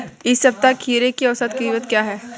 इस सप्ताह खीरे की औसत कीमत क्या है?